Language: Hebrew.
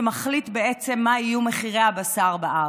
שמחליט בעצם מה יהיו מחירי הבשר בארץ.